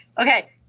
Okay